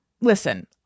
listen